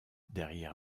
derrière